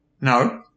No